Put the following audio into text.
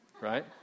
Right